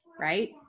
right